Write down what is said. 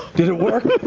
did it work?